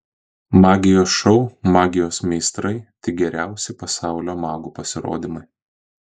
magijos šou magijos meistrai tik geriausi pasaulio magų pasirodymai